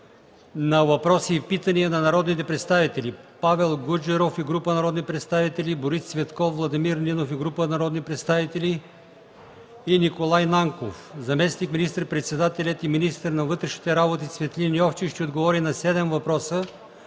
на въпроси и питания от народните представители: Павел Гуджеров и група народни представители, Борис Цветков, Владимир Иванов и Павел Гуджеров, и Николай Нанков. Заместник министър-председателят и министър на вътрешните работи Цветлин Йовчев ще отговори на седем въпроса